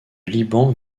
liban